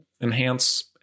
enhance